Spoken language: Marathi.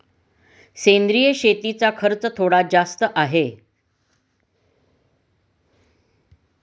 सेंद्रिय शेतीचा खर्च थोडा जास्त आहे